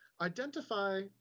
Identify